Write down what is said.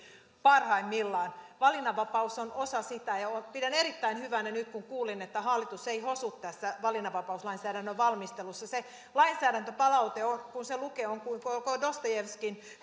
parhaimmillaan valinnanvapaus on osa sitä pidän erittäin hyvänä kun nyt kuulin että hallitus ei hosu tässä valinnanvapauslainsäädännön valmistelussa se lainsäädäntöpalaute kun sen lukee on kuin koko dostojevskin